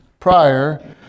prior